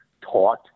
taught